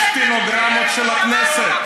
יש סטנוגרמות של הכנסת.